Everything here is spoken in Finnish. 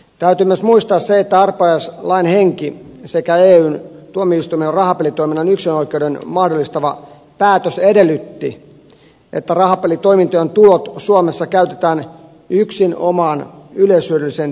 täytyy myös muistaa se että arpajaislain henki sekä eyn tuomioistuimen rahapelitoiminnan yksinoikeuden mahdollistava päätös edellytti että rahapelitoimintojen tulot suomessa käytetään yksinomaan yleishyödylliseen toimintaan